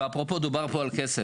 ואפרופו דובר פה על כסף,